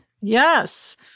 Yes